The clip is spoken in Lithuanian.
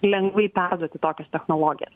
lengvai perduoti tokias technologijas